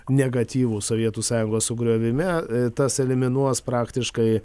negatyvų sovietų sąjungos sugriovime tas eliminuos praktiškai